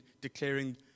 declaring